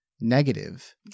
negative